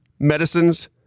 medicines